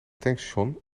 tankstation